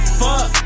fuck